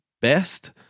best